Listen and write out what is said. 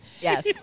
Yes